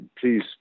please